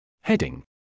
Heading